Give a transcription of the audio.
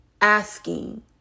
asking